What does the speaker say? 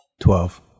Twelve